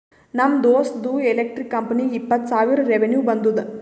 ನಮ್ ದೋಸ್ತ್ದು ಎಲೆಕ್ಟ್ರಿಕ್ ಕಂಪನಿಗ ಇಪ್ಪತ್ತ್ ಸಾವಿರ ರೆವೆನ್ಯೂ ಬಂದುದ